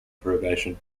probation